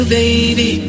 baby